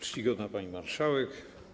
Czcigodna Pani Marszałek!